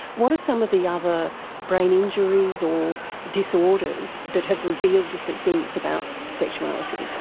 what are some of the other brain injuries or disorders that have revealed different things about sexuality?